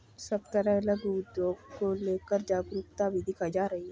सब तरफ लघु उद्योग को लेकर जागरूकता भी दिखाई जा रही है